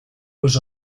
was